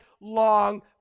long